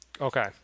okay